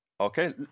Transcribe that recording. Okay